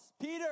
Peter